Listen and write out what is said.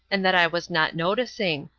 and that i was not noticing.